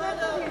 אז בסדר.